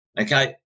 Okay